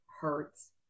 hurts